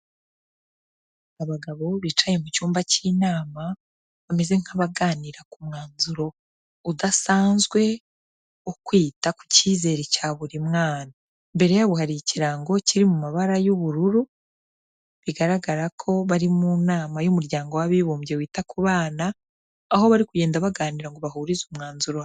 Abagabo bicaye mu cyumba cy'inama, bameze nk'abaganira ku mwanzuro udasanzwe wo kwita ku cyizere cya buri mwana. Imbere yabo hari ikirango kiri mu mabara y'ubururu, bigaragara ko bari mu nama y'umuryango w'abibumbye wita ku bana, aho bari kugenda baganira ngo bahurize umwanzuro.